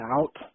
out